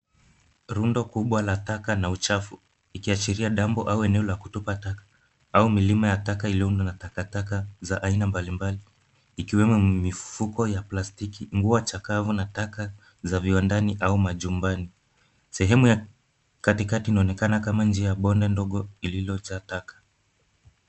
Rundo kubwa la taka na uchafu, ikiashiria dampo au eneo la kutupa taka au milima ya taka iliyoundwa na takataka za aina mbalimbali, ikiwemo mifuko ya plastiki, nguo chakavu, na taka za viwandani au majumbani. Sehemu ya katikati inaonekana kama njia bonde ndogo ililojaa taka.